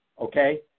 Okay